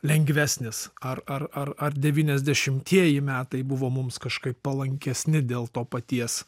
lengvesnis ar ar ar ar devyniasdešimtieji metai buvo mums kažkaip palankesni dėl to paties